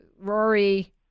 Rory